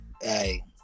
Hey